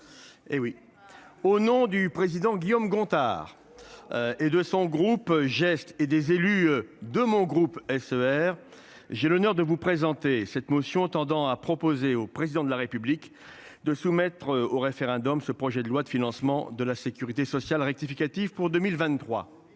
au nom du président Guillaume Gontard. Et de son groupe geste et des élus de mon groupe SER. J'ai l'honneur de vous présenter cette motion tendant à proposer au président de la République de soumettre au référendum. Ce projet de loi de financement de la Sécurité sociale rectificatif pour 2023.